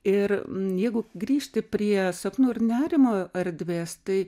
ir jeigu grįžti prie sapnų ir nerimo erdvės tai